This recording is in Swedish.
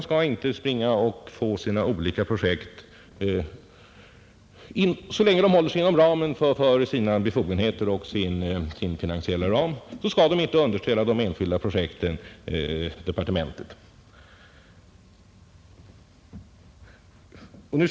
Så länge den håller sig inom ramen för sina befogenheter och inom den finansiella ramen skall den inte underställa de enskilda projekten departementets granskning.